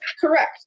correct